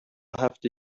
هفته